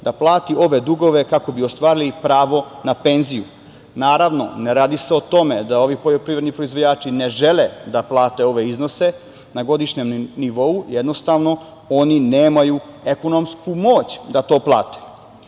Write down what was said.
da plati ove dugove kako bi ostvarili pravo na penziju. Naravno, ne radi se o tome da ovi poljoprivredni proizvođači ne žele da plate ove iznose na godišnjem nivou, jednostavno, oni nemaju ekonomsku moć da to